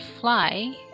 fly